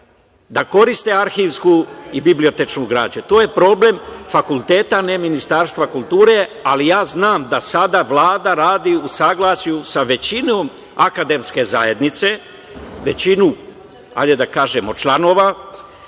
da koriste arhivsku i bibliotečnu građu. To je problem fakulteta, a ne Ministarstva kulture. Ali, ja znam da sada Vlada radi u saglasju sa većinom akademske zajednice, hajde da kažem, većinu članova,